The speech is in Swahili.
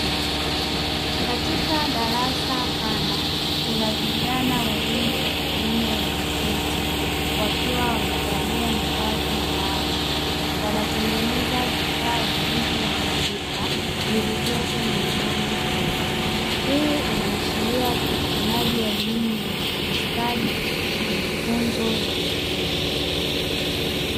Katika darasa pana kuna vijana wawili wa kiume wameketi wakiwa wamevalia mavazi maalumu, wanatengeneza vifaa vilivyoharibika vilivyopo mezani hapo, hii inaashiria upatikanaji wa elimu ya ufundi stadi na mafunzo ya ufundi.